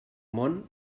món